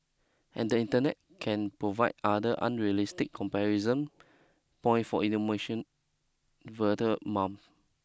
and the internet can provide other unrealistic comparison point for emotion vulnerable mums